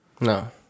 No